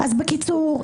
בקיצור,